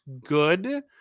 good